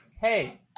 hey